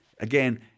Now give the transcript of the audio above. Again